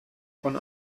von